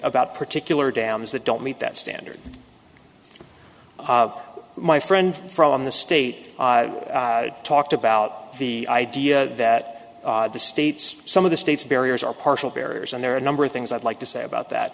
about particular downs that don't meet that standard my friend from the state talked about the idea that the states some of the states barriers are partial barriers and there are a number of things i'd like to say about that